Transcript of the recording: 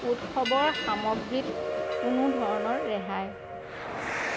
উৎসৱৰ সামগ্ৰীত কোনো ধৰণৰ ৰেহাই